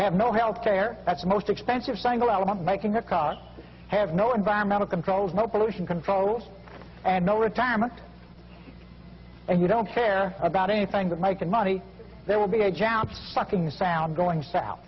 have no healthcare that's the most expensive single element making the cars have no environmental controls no pollution controls and no retirement and you don't care about anything like that money there will be a job sucking sound going south